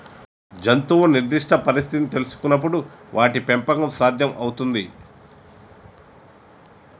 జంతువు నిర్దిష్ట పరిస్థితిని తెల్సుకునపుడే వాటి పెంపకం సాధ్యం అవుతుంది